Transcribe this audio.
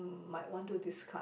might want to discard